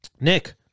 Nick